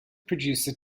producer